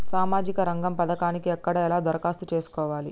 సామాజిక రంగం పథకానికి ఎక్కడ ఎలా దరఖాస్తు చేసుకోవాలి?